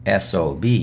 SOB